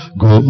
go